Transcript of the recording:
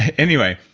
anyway,